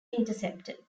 intercepted